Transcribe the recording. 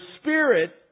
Spirit